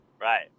right